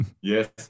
Yes